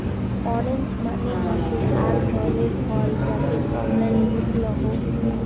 orange মানে হসে আক ধরণের ফল যাকে কমলা লেবু কহু